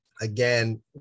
again